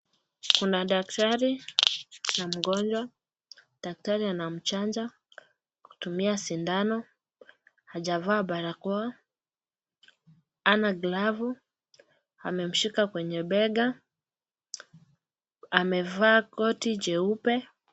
Kuna daktari na mgonjwa. Daktari anamchanja kutumia sindano, hajavaa barakoa, hana glavu, amemshika kwenye bega, amevaa koti jeupe.